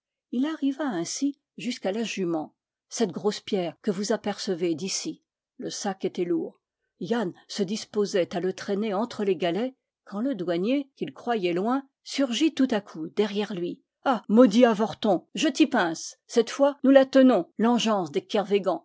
il arriva ainsi jusqu'à la jument cette grosse pierre que vous aper cevez d'ici le sac était lourd yann se disposait à le traîner entre les galets quand le douanier qu'il croyait loin surgit tout à coup derrière lui ah maudit avorton je t'y pince cette fois nous la tenons l'engeance des